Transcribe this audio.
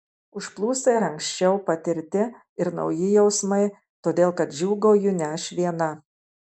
užplūsta ir anksčiau patirti ir nauji jausmai todėl kad džiūgauju ne aš viena